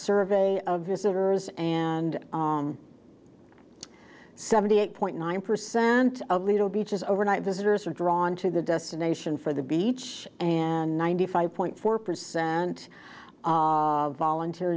survey of visitors and seventy eight point nine percent of lido beach is overnight visitors are drawn to the destination for the beach and ninety five point four percent volunteer